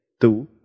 two